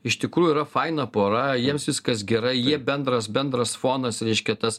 iš tikrųjų yra faina pora jiems viskas gerai jie bendras bendras fonas reiškia tas